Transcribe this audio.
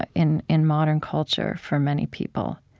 ah in in modern culture for many people?